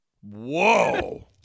Whoa